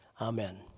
Amen